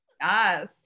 Yes